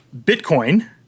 Bitcoin